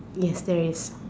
yes there is